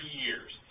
years